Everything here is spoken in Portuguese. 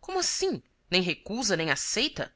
como assim nem recusa nem aceita